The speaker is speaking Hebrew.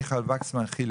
מיכל וקסמן חילי,